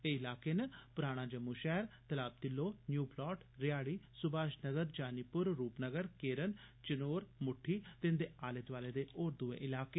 एह् इलाकें न पुराना जम्मू शैह्र तलाब तिल्लो न्यू पलाट रेहाड़ी सुभाष नगर जानीपुर रूप नगर केरन चिनोर मुट्ठी ते इन्दे आले दोआले दे होर दुए इलाकें